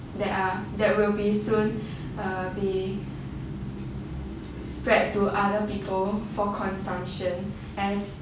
that are that will be soon uh be spread to other people for consumption and